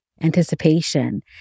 anticipation